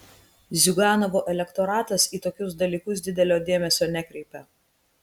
ziuganovo elektoratas į tokius dalykus didelio dėmesio nekreipia